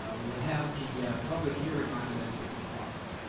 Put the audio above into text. ah we'll have the public hearing on it at six o'clock though,